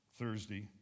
Thursday